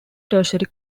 tertiary